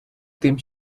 тим